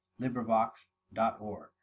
LibriVox.org